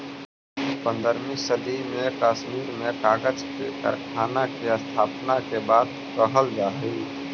पँद्रहवीं सदी में कश्मीर में कागज के कारखाना के स्थापना के बात कहल जा हई